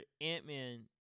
Ant-Man